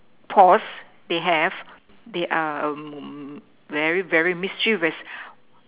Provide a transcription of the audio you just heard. paws they have they are um very very mischievous